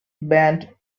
banned